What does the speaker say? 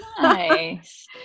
Nice